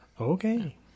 Okay